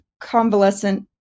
convalescent